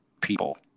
people